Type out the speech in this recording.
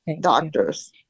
doctors